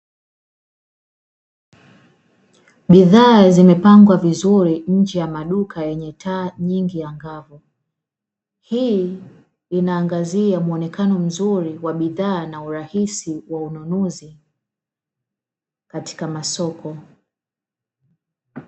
Bidhaa zimepangwa vizuri nje ya maduka yenye taa nyingi angavu, hii inaangazia muonekano mzuri wa bidhaa na urahisi wa ununuzi katika masoko.